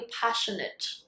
passionate